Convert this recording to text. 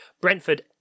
Brentford